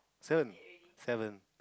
seven seven